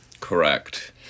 Correct